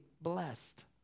blessed